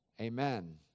Amen